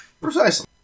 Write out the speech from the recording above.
Precisely